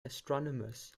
astronomers